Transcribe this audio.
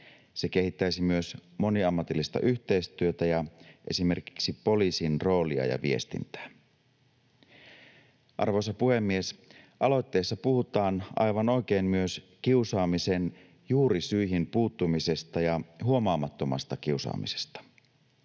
Se kehittäisi myös moniammatillista yhteistyötä ja esimerkiksi poliisin roolia ja viestintää. Arvoisa puhemies! Aloitteessa puhutaan aivan oikein myös kiusaamisen juurisyihin puuttumisesta ja huomaamattomasta kiusaamisesta.